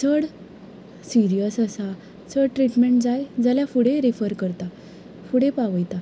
चड सिरीयस आसा चड ट्रिटमँट जाय जाल्यार फुडें रिफर करता फुडें पावयता